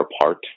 apart